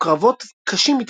וקרבות קשים התפתחו.